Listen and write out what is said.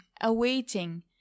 awaiting